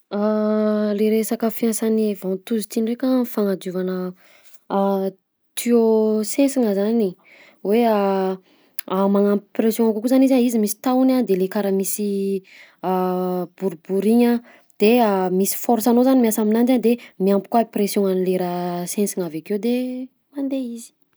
Le resaka fiasan'ny ventouse ty ndraika am'fagnadiovana tuyau sensina zany, hoe magnampy pression kokoa zany izy a, izy misy tahony a de le karaha misy boribory igny a de misy force anao zany miasa aminanjy a de miampy koa pression-gnan'le raha sensina avy akeo, de mandeha izy.